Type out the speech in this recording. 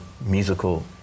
musical